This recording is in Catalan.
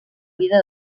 vida